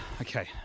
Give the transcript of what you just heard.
okay